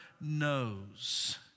Knows